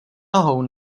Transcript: nohou